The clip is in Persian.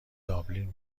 دابلین